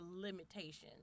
limitations